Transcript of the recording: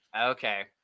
okay